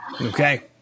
Okay